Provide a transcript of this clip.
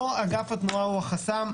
אגף התנועה הוא לא החסם.